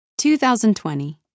2020